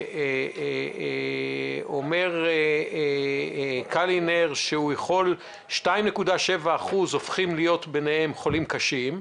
אומר קלינר, 2.7% הופכים להיות חולים קשים,